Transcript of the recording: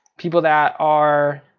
people that are,